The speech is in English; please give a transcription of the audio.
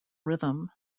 rhythm